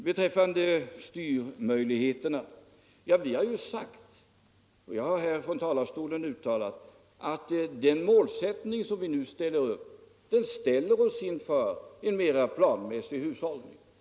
Beträffande styrmöjligheterna har vi sagt — jag har själv uttalat det här från talarstolen — att det mål som vi nu sätter upp ställer oss inför en mera planmässig hushållning.